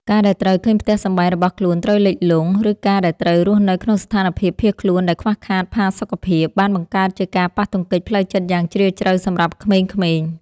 ការដែលត្រូវឃើញផ្ទះសម្បែងរបស់ខ្លួនត្រូវលិចលង់ ឬការដែលត្រូវរស់នៅក្នុងស្ថានភាពភៀសខ្លួនដែលខ្វះខាតផាសុកភាព បានបង្កើតជាការប៉ះទង្គិចផ្លូវចិត្តយ៉ាងជ្រាលជ្រៅសម្រាប់ក្មេងៗ។